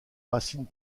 racines